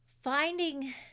finding